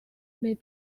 may